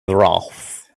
wrath